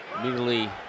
immediately